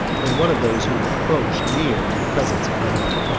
and one of those who approach near to the presence of god.